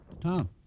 Tom